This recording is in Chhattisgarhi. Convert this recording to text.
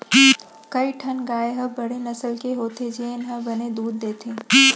कई ठन गाय ह बड़े नसल के होथे जेन ह बने दूद देथे